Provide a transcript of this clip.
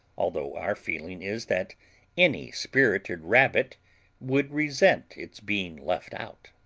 although our feeling is that any spirited rabbit would resent its being left out.